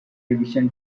division